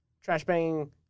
trash-banging